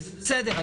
וזה בסדר,